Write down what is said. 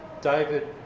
david